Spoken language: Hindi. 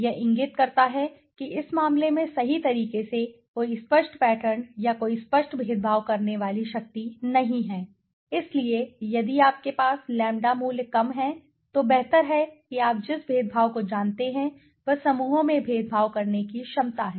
यह इंगित करता है कि इस मामले में सही तरीके से कोई स्पष्ट पैटर्न या कोई स्पष्ट भेदभाव करने वाली शक्ति नहीं है इसलिए यदि आपके पास लैंबडा मूल्य कम है तो बेहतर है कि आप जिस भेदभाव को जानते हैं वह समूहों में भेदभाव करने की क्षमता है